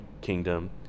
kingdom